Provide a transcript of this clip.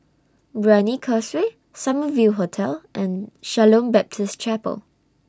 Brani Causeway Summer View Hotel and Shalom Baptist Chapel